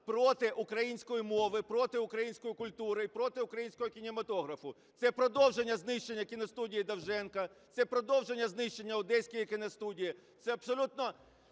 проти української мови, проти української культури, проти українського кінематографу. Це продовження знищення кіностудії Довженка, це продовження знищення Одеської кіностудії, це абсолютно